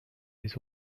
les